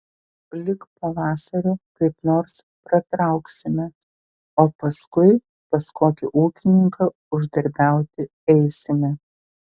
lig pavasario kaip nors pratrauksime o paskui pas kokį ūkininką uždarbiauti eisime